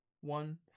one